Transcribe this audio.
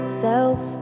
self